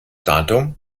datum